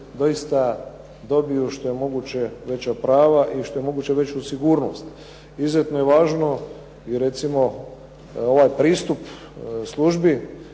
doista dobiju što je moguće veća prava i što je moguće veću sigurnost. Izuzetno je važno i recimo ovaj pristup službi